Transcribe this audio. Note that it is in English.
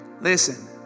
Listen